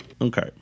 Okay